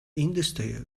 industry